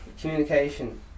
Communication